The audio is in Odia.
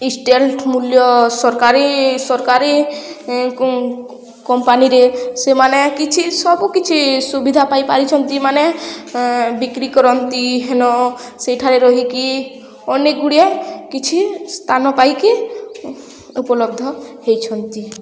ଇଷ୍ଟେଲଟ ମୂଲ୍ୟ ସରକାରୀ ସରକାରୀ କମ୍ପାନୀରେ ସେମାନେ କିଛି ସବୁ କିଛି ସୁବିଧା ପାଇପାରିଛନ୍ତି ମାନେ ବିକ୍ରି କରନ୍ତି ହେନ ସେଇଠାରେ ରହିକି ଅନେକ ଗୁଡ଼ିଏ କିଛି ସ୍ଥାନ ପାଇକି ଉପଲବ୍ଧ ହେଇଛନ୍ତି